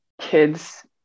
kids